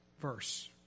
verse